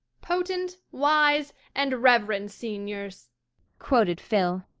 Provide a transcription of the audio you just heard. potent, wise, and reverend seniors quoted phil.